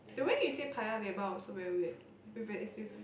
the way you say Paya-Lebar also very weird it's with